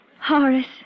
Horace